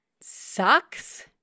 sucks